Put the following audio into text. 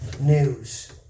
news